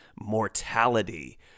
mortality